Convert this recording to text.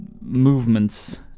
movements